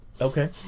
Okay